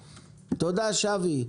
תודה, שבי.